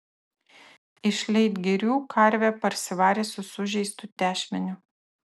iš leitgirių karvę parsivarė su sužeistu tešmeniu